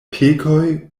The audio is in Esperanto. pekoj